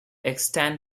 extant